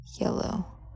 yellow